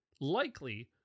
likely